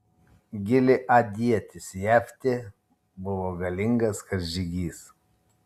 gileadietis jeftė buvo galingas karžygys